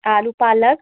आलू पालक